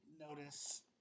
notice